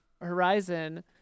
Horizon